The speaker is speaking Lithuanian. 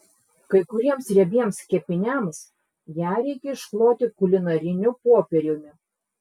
kai kuriems riebiems kepiniams ją reikia iškloti kulinariniu popieriumi